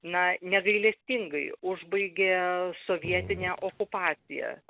na negailestingai užbaigė sovietinė okupacija